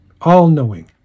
all-knowing